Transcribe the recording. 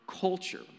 culture